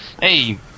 hey